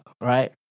right